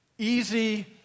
Easy